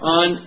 on